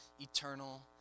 eternal